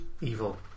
evil